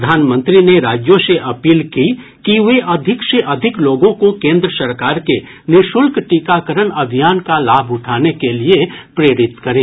प्रधानमंत्री ने राज्यों से अपील की कि वे अधिक से अधिक लोगों को केन्द्र सरकार के निःशुल्क टीकाकरण अभियान का लाभ उठाने के लिए प्रेरित करें